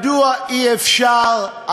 מדוע אי-אפשר,